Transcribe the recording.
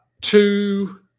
two –